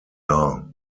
are